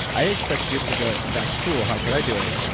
i expected people to go, that's cool. how could i do it?